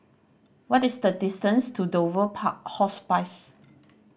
what is the distance to Dover Park Hospice